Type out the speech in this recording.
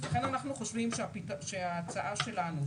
לכן אנחנו חושבים שההצעה שלנו,